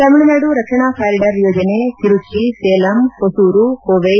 ತಮಿಳುನಾಡು ರಕ್ಷಣಾ ಕಾರಿಡಾರ್ ಯೋಜನೆ ತಿರುಚ್ಚಿ ಸೇಲಂ ಹೊಸೂರು ಕೊವ್ಯೆ